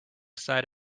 side